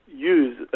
use